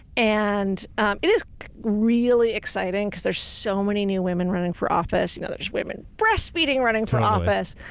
and it is really exciting because there's so many new women running for office. you know there's women breastfeeding running for office.